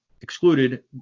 excluded